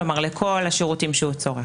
כלומר לכל השירותים שהוא צורך.